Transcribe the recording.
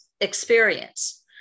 experience